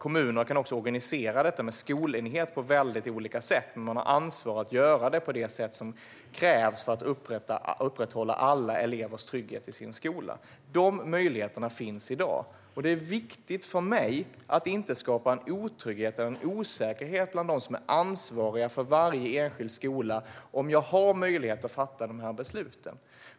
Kommuner kan också organisera detta med skolenheter på olika sätt, men man har ansvar att göra det på det sätt som krävs för att upprätthålla alla elevers trygghet i skolan. Dessa möjligheter finns i dag, och det är viktigt för mig att inte skapa en otrygghet och en osäkerhet bland dem som är ansvariga för varje enskild skola när det gäller möjligheten att fatta dessa beslut.